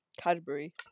Cadbury